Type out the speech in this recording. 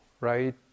right